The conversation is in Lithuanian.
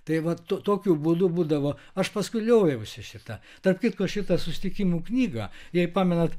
tai vat tokiu būdu būdavo aš paskui lioviausi šitą tarp kitko šitą susitikimų knygą jei pamenat